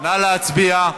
נא להצביע.